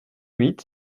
huit